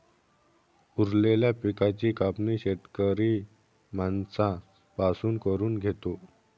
उरलेल्या पिकाची कापणी शेतकरी माणसां पासून करून घेतो